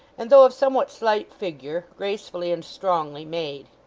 and though of somewhat slight figure, gracefully and strongly made.